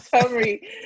summary